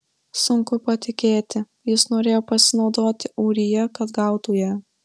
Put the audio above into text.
sunku patikėti jis norėjo pasinaudoti ūrija kad gautų ją